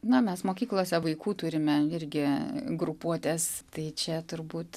na mes mokyklose vaikų turime irgi grupuotes tai čia turbūt